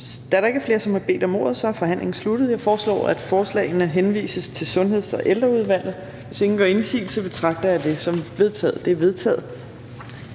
Da der ikke er flere, som har bedt om ordet, er forhandlingen sluttet. Jeg foreslår, at forslagene til folketingsbeslutning henvises til Sundheds- og Ældreudvalget. Hvis ingen gør indsigelse, betragter jeg det som vedtaget.